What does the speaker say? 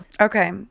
Okay